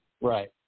Right